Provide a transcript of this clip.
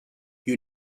you